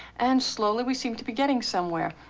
and slowly, we seem to be getting somewhere.